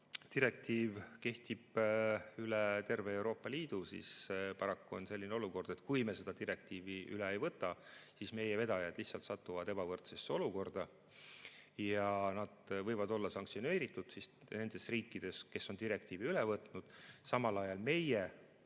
direktiiv kehtib üle terve Euroopa Liidu, siis paraku on selline olukord, et kui me seda direktiivi üle ei võta, siis meie vedajad satuvad lihtsalt ebavõrdsesse olukorda ja neid võidakse sanktsioneerida nendes riikides, kes on direktiivi üle võtnud, samal ajal meie,